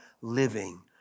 living